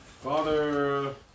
Father